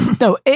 no